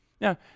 Now